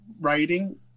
writing